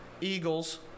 Eagles